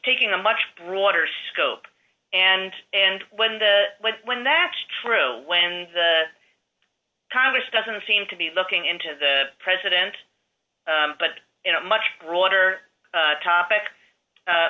taking a much broader scope and and when the when that's true when congress doesn't seem to be looking into the president but in a much broader topic